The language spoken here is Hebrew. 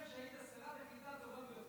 אני אומר שהיית השרה לקליטת העלייה הטובה ביותר,